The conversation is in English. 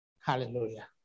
Hallelujah